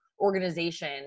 organization